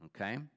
okay